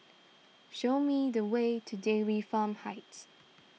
show me the way to Dairy Farm Heights